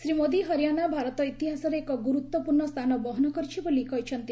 ଶ୍ରୀ ମୋଦି ହରିୟାଣା ଭାରତ ଇତିହାସରେ ଏକ ଗୁରୁତ୍ୱପୂର୍ଣ୍ଣ ସ୍ଥାନ ବହନ କରିଛି ବୋଲି କହିଛନ୍ତି